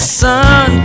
sun